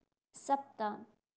सप्त